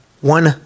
one